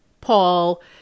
Paul